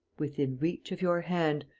within reach of your hand,